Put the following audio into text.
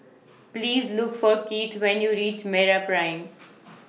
Please Look For Kieth when YOU REACH Meraprime